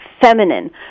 feminine